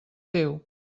teu